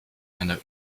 einer